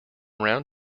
round